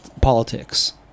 politics